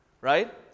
right